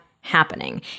happening